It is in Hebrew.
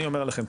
אני אומר לכם,